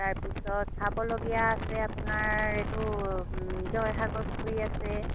তাৰপিছত চাবলগীয়া আছে আপোনাৰ এইটো জয়সাগৰ পুখুৰী আছে